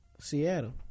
Seattle